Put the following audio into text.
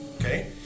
okay